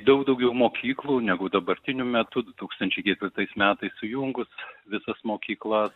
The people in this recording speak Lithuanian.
daug daugiau mokyklų negu dabartiniu metu du tūkstančiai ketvirtais metais sujungus visas mokyklas